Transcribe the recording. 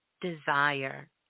desire